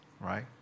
right